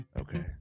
Okay